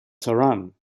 taran